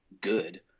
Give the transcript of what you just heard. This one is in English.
good